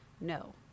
No